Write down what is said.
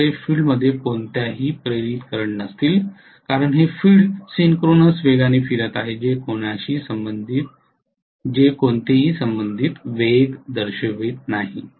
आमच्याकडे फील्ड मध्ये कोणतेही इंड्यूज्ड करंट नसतील कारण हे फील्ड सिंक्रोनस वेगाने फिरत आहे ते कोणतेही संबंधित वेग दर्शवित नाही